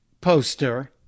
poster